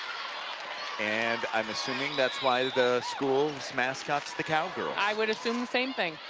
and i'm assuming that's why the school's mascot is the cowgirls. i would assume the same thing.